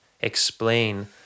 explain